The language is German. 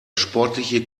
sportliche